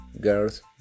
girls